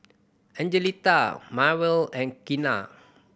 Angelita Marvel and Kenna